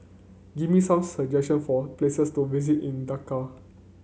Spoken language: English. give me some suggestion for places to visit in Dakar